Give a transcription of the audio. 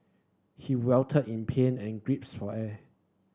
he writhed in pain and grips for air